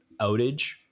outage